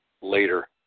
later